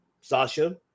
Sasha